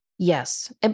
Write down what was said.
Yes